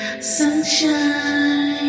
sunshine